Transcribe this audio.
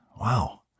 wow